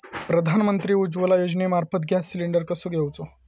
प्रधानमंत्री उज्वला योजनेमार्फत gas cylinder कसो घेऊचो?